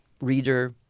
reader